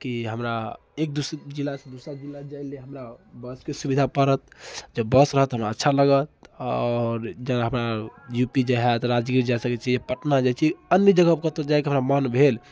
कि हमरा एक दूसर जिला से दूसरा जिला जाइ लेल हमरा बसके सुविधा पड़त जे बस रहत तऽ हमरा अच्छा लागत आओर जेना हमरा यू पी जाए होएत राजगीर जाए सकैत छी पटना जाइत छी अन्य जगह कतहुँ जाएके हमरा मन भेल